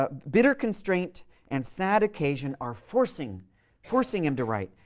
ah bitter constraint and sad occasion are forcing forcing him to write,